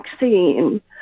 vaccine